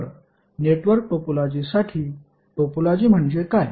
तर नेटवर्क टोपोलॉजीसाठी टोपोलॉजी म्हणजे काय